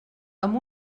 amb